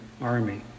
army